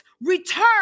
return